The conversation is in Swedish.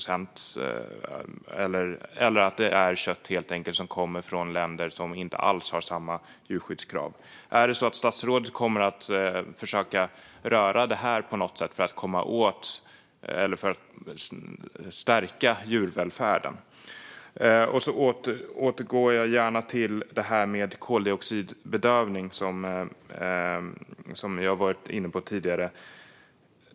Det kan helt enkelt vara kött som kommer från länder som inte alls har samma djurskyddskrav som vi har. Kommer statsrådet att försöka röra detta på något sätt för att stärka djurvälfärden? Jag återkommer gärna till detta med koldioxidbedövning, som vi har varit inne på tidigare.